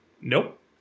nope